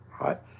right